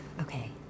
Okay